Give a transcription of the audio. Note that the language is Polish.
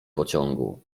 pociągu